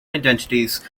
identities